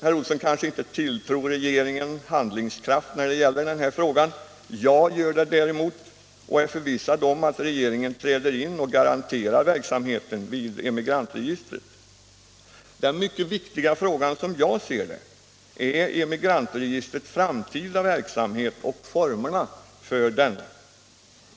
Herr Olsson kanske inte tilltror regeringen handlingskraft när det gäller den här frågan. Jag gör det däremot och är förvissad om att regeringen träder in och garanterar verksamheten vid Emigrantregistret. Den mycket viktiga frågan är, som jag ser det, Emigrantregistrets framtida verksamhet och formerna för denna.